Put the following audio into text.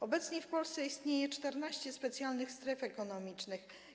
Obecnie w Polsce istnieje 14 specjalnych stref ekonomicznych.